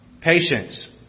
Patience